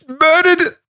murdered